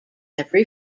every